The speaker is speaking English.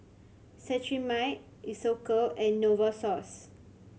Cetrimide Isocal and Novosource